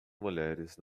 mulheres